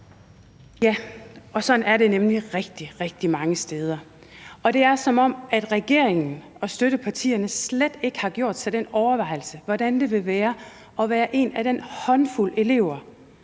Ja, og sådan er det nemlig rigtig, rigtig mange steder. Det er, som om regeringen og støttepartierne slet ikke har gjort sig den overvejelse, hvordan det vil være at være en af den håndfuld